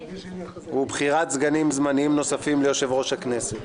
בחירת סגנים זמניים נוספים ליושב-ראש הכנסת.